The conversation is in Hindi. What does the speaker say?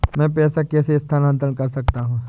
मैं पैसे कैसे स्थानांतरण कर सकता हूँ?